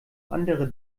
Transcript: andere